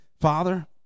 Father